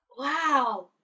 Wow